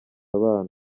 abana